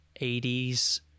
80s